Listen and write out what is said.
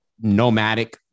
nomadic